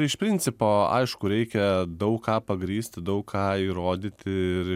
iš principo aišku reikia daug ką pagrįsti daug ką įrodyti ir